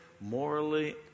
morally